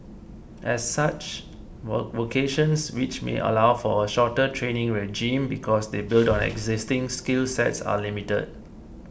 as such vocations which may allow for a shorter training regime because they build on existing skill sets are limited